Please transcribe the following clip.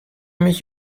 mich